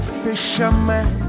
fisherman